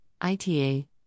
ITA